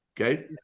okay